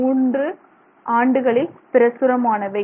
2003 ஆண்டுகளில் பிரசுரமானவை